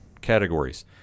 categories